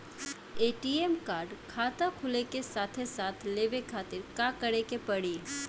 ATM card खाता खुले के साथे साथ लेवे खातिर का करे के पड़ी?